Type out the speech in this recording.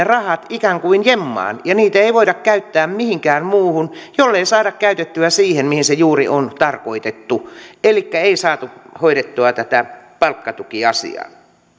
rahat ikään kuin jemmaan ja niitä ei voida käyttää mihinkään muuhun jollei niitä saada käytettyä siihen mihin ne juuri on tarkoitettu elikkä ei saatu hoidettua tätä palkkatukiasiaa